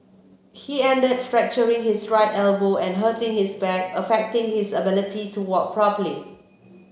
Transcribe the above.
he ended fracturing his right elbow and hurting his back affecting his ability to walk properly